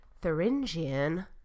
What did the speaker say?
Thuringian